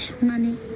money